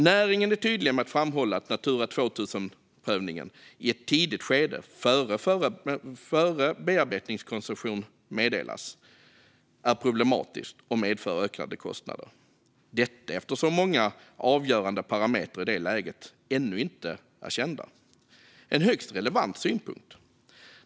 Näringen är tydlig med att framhålla att Natura 2000-prövning i ett tidigt skede, innan bearbetningskoncession meddelats, är problematiskt och medför ökade kostnader. Detta eftersom många avgörande parametrar i det läget ännu inte är kända. Det är en högst relevant synpunkt.